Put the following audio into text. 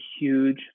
huge